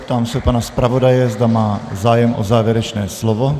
Ptám se pana zpravodaje, zda má zájem o závěrečné slovo.